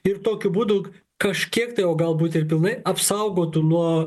ir tokiu būdu kažkiek tai o galbūt ir pilnai apsaugotų nuo